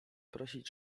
prosić